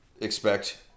expect